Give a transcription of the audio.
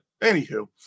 anywho